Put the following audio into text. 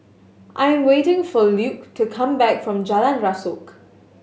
I'm waiting for Luc to come back from Jalan Rasok